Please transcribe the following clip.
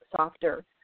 softer